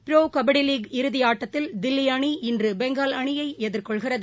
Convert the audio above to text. bro kabaddi league இறுதி ஆட்டத்தில் தில்லி அணி இன்று பெங்கால் அணியை எதிர்கொள்கிறது